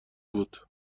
بود